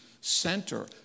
center